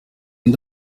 ndi